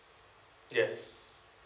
yes